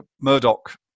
murdoch